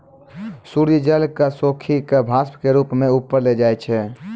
सूर्य जल क सोखी कॅ वाष्प के रूप म ऊपर ले जाय छै